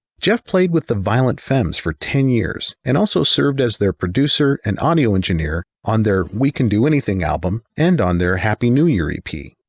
jeff played with the violent femmes for ten years and also served as their producer and audio engineer on their we can do anything album and on their happy new year e p.